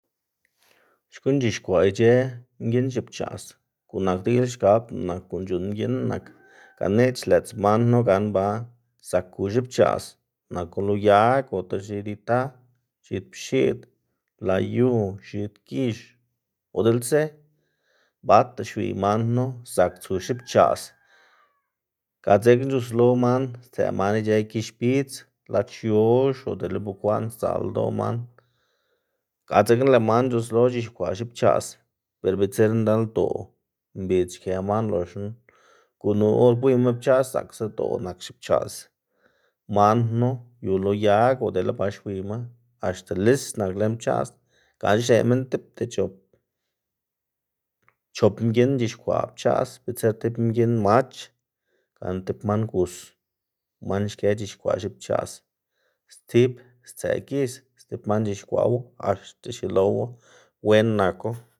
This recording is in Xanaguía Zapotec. Xkuꞌn c̲h̲ixkwaꞌ ic̲h̲ë mginn xipchaꞌs, guꞌn nak degilxkabná nak guꞌn c̲h̲uꞌnn mginn nak ganeꞌc̲h̲ xlëꞌts man knu gan ba zak ku xipchaꞌs, nako lo yag ota x̱id ita, x̱id pxiꞌd, lay yu, x̱id gix o diꞌltsa bata xwiy man knu zak tsu xipchaꞌs. ga dzekna c̲h̲uslo man stseꞌ man ic̲h̲ë gix bidz lac̲h̲ yox o dele bekwaꞌn sdza'l ldo' man, ga dzekna lëꞌ man c̲h̲uslo c̲h̲iskwaꞌ xipchaꞌs, ber bitser ndaldoꞌ mbidz xkë man loxna unu or gwiyma pchaꞌs zaꞌksadoꞌ nak xipchaꞌs man knu yu lo yag o dele ba xwiyma, axta lis nak lën pchaꞌs, gana xneꞌ minn tipta chop chop mginn c̲h̲ixkwaꞌ pchaꞌs, bitser tib mginn mach gana tib man gus man xkë c̲h̲ixkwaꞌ xipchaꞌs stib stsëꞌ gix stib man c̲h̲ixkwaꞌwu axta xielowu wen naku.